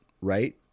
right